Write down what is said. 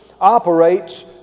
operates